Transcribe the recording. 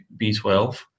B12